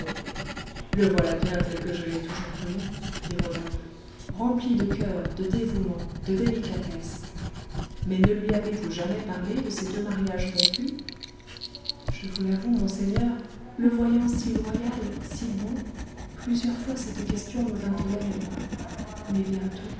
le voilà bien tel que je l'ai toujours connu dit rodolphe rempli de coeur de dévouement de délicatesse mais ne lui avez-vous jamais parlé de ces deux mariages rompus je vous l'avoue monseigneur le voyant si loyal si bon plusieurs fois cette question me vint aux lèvres mais bientôt